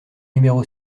numéro